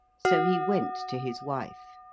so he went to his wife.